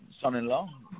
son-in-law